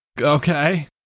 Okay